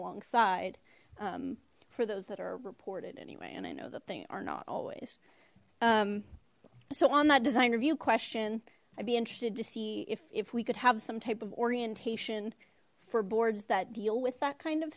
alongside for those that are reported anyway and i know that they are not always so on that design review question i'd be interested to see if if we could have some type of orientation for boards that deal with that kind of